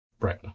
Right